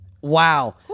Wow